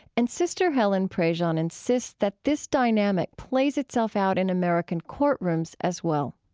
and sister helen prejean insists that this dynamic plays itself out in american courtrooms as well.